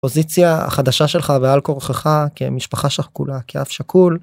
הפוזיציה החדשה שלך בעל כורכך, כמשפחה שכולה, כאב שכול.